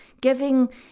giving